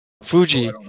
Fuji